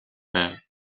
байв